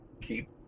keep